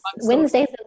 Wednesdays